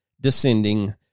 descending